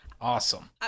awesome